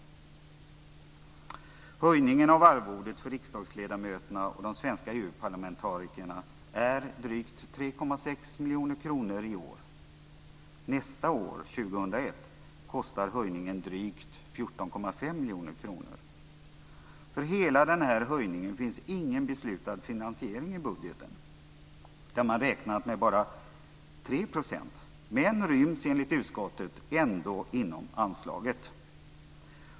Höjningen av arvodet för riksdagsledamöterna och de svenska EU-parlamentarikerna är drygt 3,6 miljoner kronor i år. Nästa år, år 2001, kostar höjningen drygt 14,5 miljoner kronor. För hela den här höjningen finns ingen beslutad finansiering i budgeten, där man räknat med bara 3 %. Detta ryms ändå enligt utskottet inom anslaget.